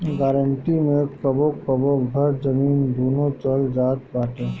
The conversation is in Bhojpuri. गारंटी मे कबो कबो घर, जमीन, दूनो चल जात बाटे